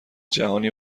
جهانی